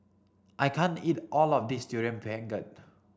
I can't eat all of this durian pengat